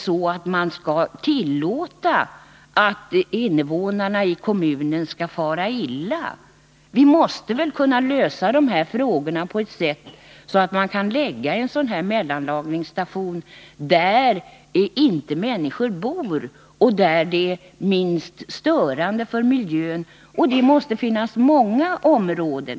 Skall man tillåta att invånarna i kommunen far illa? Vi måste väl lägga en mellanlagringsstation där människor inte bor och där det är minst störande för miljön? Det måste finnas många sådana områden.